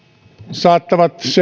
saattavat sen